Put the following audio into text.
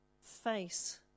face